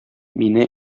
мине